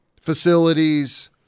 facilities